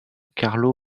carlo